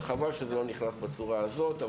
חבל שזה לא נכנס בצורה הזאת.